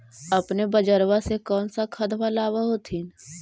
अपने बजरबा से कौन सा खदबा लाब होत्थिन?